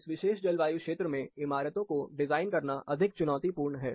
इस विशेष जलवायु क्षेत्र में इमारतों को डिजाइन करना अधिक चुनौतीपूर्ण है